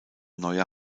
neue